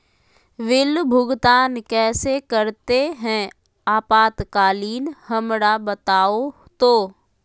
Bill भुगतान कैसे करते हैं आपातकालीन हमरा बताओ तो?